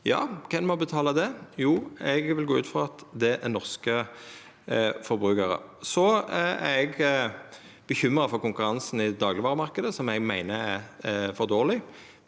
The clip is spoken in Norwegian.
Kven må betala det? Eg vil gå ut frå at det er norske forbrukarar. Eg er bekymra for konkurransen i daglegvaremarknaden, som eg meiner er for dårleg.